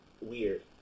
Weird